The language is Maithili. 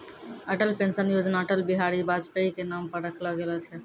अटल पेंशन योजना अटल बिहारी वाजपेई के नाम पर रखलो गेलो छै